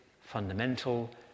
fundamental